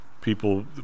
people